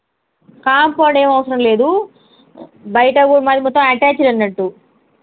compound ఏమి అవసరం లేదు బయటకు మాది మొత్తం అటాచ్డ్ అన్నట్టు